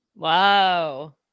Wow